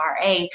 RA